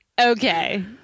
Okay